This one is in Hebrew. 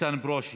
איתן ברושי,